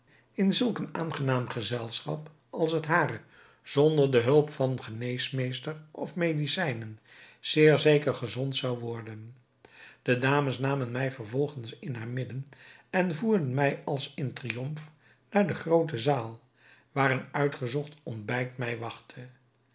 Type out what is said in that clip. in zulk een aangenaam gezelschap als het hare zonder de hulp van geneesmeester of medicijnen zeer zeker gezond zou worden de dames namen mij vervolgens in haar midden en voerden mij als in triomf naar de groote zaal waar een uitgezocht ontbijt mij wachtte